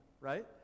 right